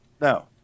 No